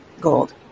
Gold